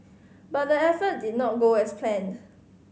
but the effort did not go as planned